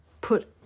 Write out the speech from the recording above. put